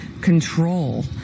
control